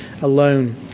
alone